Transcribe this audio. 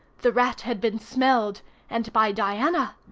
the rat had been smelled and by diana.